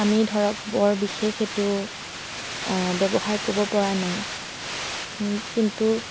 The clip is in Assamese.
আমি ধৰক বৰ বিশেষ সেইটো ব্যৱহাৰ কৰিব পৰা নাই কিন্তু